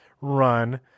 run